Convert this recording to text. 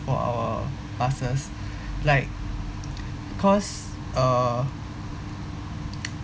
for our buses like because uh